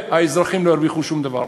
והאזרחים לא ירוויחו שום דבר.